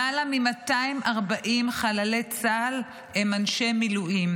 למעלה מ-240 חללי צה"ל הם אנשי מילואים